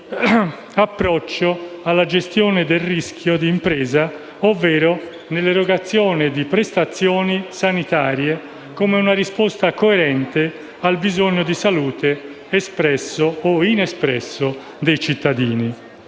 approccio alla gestione del rischio d'impresa ovvero nell'erogazione di prestazioni sanitarie come una risposta coerente al bisogno di salute, espresso o inespresso, dei cittadini.